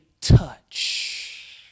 touch